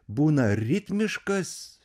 būna ritmiškas